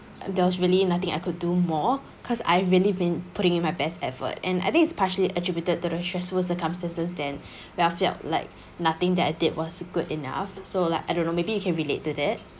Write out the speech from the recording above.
there was really nothing I could do more because I really been putting in my best effort and I think is partially attributed to the stressful circumstances than where I felt like nothing that I did was good enough so like I don't know maybe you can relate to that